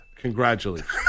Congratulations